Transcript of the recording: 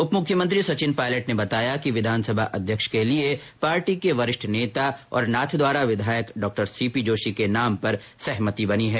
उप मुख्यमंत्री सचिन पायलट ने बताया कि विधानसभा अध्यक्ष के लिए पार्टी के वरिष्ठ नेता और नाथद्वारा विधायक डॉक्टर सी पी जोशी के नाम पर सहमति बनी हैं